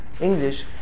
English